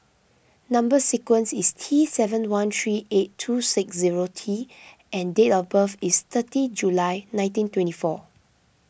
Number Sequence is T seven one three eight two six zero T and date of birth is thirty July nineteen twenty four